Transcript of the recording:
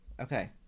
okay